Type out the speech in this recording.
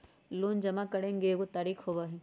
Loan जमा करेंगे एगो तारीक होबहई?